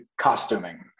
costuming